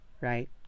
Right